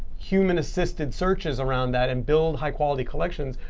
human-assisted searches around that and build high-quality collections,